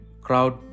crowd